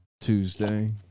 Tuesday